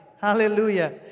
Hallelujah